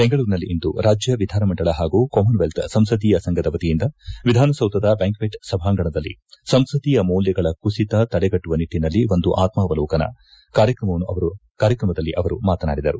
ಬೆಂಗಳೂರಿನಲ್ಲಿಂದು ರಾಜ್ಯ ವಿಧಾನಮಂಡಲ ಪಾಗೂ ಕಾಮನ್ವೆಲ್ತ್ ಸಂಸದೀಯ ಸಂಘದ ವತಿಯಿಂದ ವಿಧಾನಸೌಧದ ಬ್ಯಾಂಕ್ಟೆಟ್ ಸಭಾಂಗಣದಲ್ಲಿ ಸಂಸದೀಯ ಮೌಲ್ಯಗಳ ಕುಸಿತ ತಡೆಗಟ್ಟುವ ನಿಟ್ಟನಲ್ಲಿ ಒಂದು ಆತ್ಮಾವಲೋಕನ ಕಾರ್ಯಕ್ರಮದಲ್ಲಿ ಅವರು ಮಾತನಾಡಿದರು